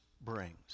brings